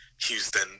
Houston